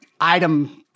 item